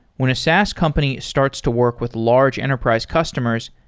when a saas company starts to work with large enterprise customers,